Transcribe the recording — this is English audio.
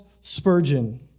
Spurgeon